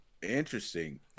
Interesting